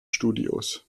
studios